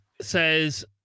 says